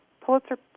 Pulitzer